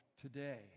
today